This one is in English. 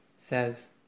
Says